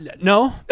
No